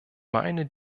meine